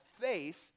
faith